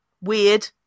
weird